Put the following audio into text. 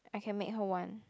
I can make her [one]